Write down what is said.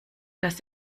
dass